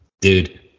Dude